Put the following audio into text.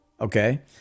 okay